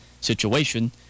situation